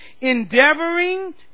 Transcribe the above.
endeavoring